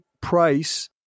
price